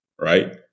Right